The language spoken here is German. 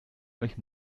euch